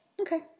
Okay